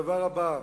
הדבר הבא,